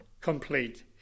complete